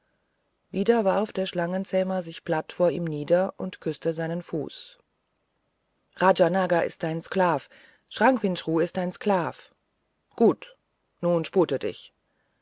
wieder warf der schlangenzähmer sich platt vor ihm nieder und küßte seinen fuß rajanaga ist dein sklav chranquinchru ist dein sklav gut nun spute dich